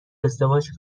ازدواج